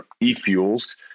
e-fuels